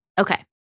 Okay